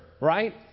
right